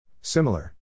Similar